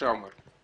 עומר אבי רקייק.